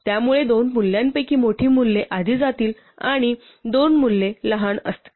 त्यामुळे दोन मूल्यांपैकी मोठी मूल्ये आधी जातील आणि दोन मूल्ये लहान असतील